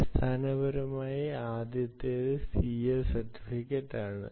അടിസ്ഥാനപരമായി ആദ്യത്തേത് ca സർട്ടിഫിക്കറ്റാണ്